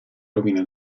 rovine